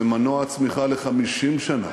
זה מנוע צמיחה ל-50 שנה,